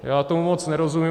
Já tomu moc nerozumím.